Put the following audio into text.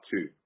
two